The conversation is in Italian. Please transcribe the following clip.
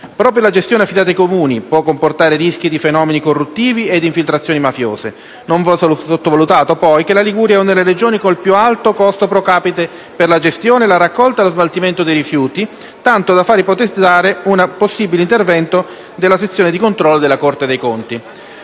Proprio la gestione affidata ai Comuni può comportare rischi di fenomeni corruttivi e di infiltrazioni mafiose. Non va sottovalutato, poi, che la Liguria è una delle regioni con il più alto costo *pro capite* per la gestione, la raccolta e lo smaltimento dei rifiuti, tanto da far ipotizzare un possibile intervento della sezione dì controllo della Corte dei conti.